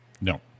No